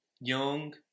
young